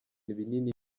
binini